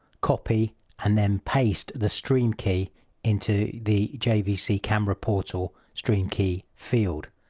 copy and then paste the stream key into the jvc camera portal stream key field.